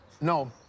No